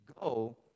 go